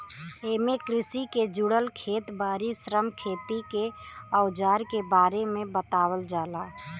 एमे कृषि के जुड़ल खेत बारी, श्रम, खेती के अवजार के बारे में बतावल जाला